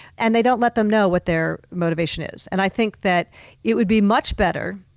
and they don't let them know what their motivation is. and i think that it would be much better.